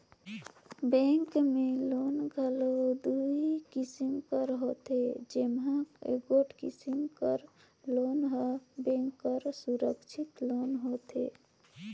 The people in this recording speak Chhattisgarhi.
बेंक में लोन घलो दुई किसिम कर होथे जेम्हां एगोट किसिम कर लोन हर बेंक बर सुरक्छित लोन होथे